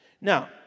Now